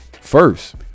first